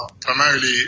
primarily